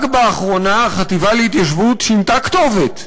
רק באחרונה החטיבה להתיישבות שינתה כתובת,